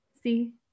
see